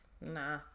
nah